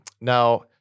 Now